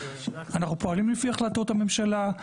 אנחנו פועלים לפי החלטות הממשלה,